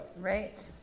Right